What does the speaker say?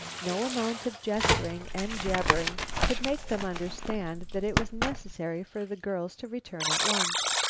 no amount of gesturing and jabbering could make them understand that it was necessary for the girls to return at once.